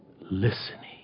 listening